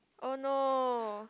oh no